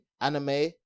anime